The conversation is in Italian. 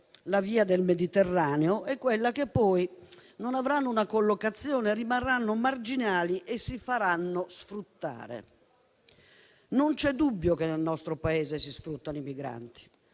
la via del Mediterraneo è quella che poi non avranno una collocazione, rimarranno marginali e si faranno sfruttare. Non c'è dubbio che nel nostro Paese si sfruttino i migranti;